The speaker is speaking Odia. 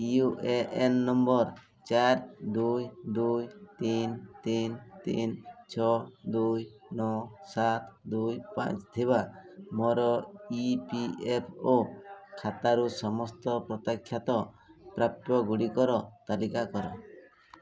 ୟୁ ଏ ଏନ୍ ନମ୍ବର୍ ଚାରି ଦୁଇ ଦୁଇ ତିନ ତିନ ତିନ ଛଅ ଦୁଇ ନଅ ସାତ ଦୁଇ ପାଞ୍ଚ ଥିବା ମୋର ଇ ପି ଏଫ୍ ଓ ଖାତାରୁ ସମସ୍ତ ପ୍ରତ୍ୟାଖ୍ୟାତ ପ୍ରାପ୍ୟଗୁଡ଼ିକର ତାଲିକା କର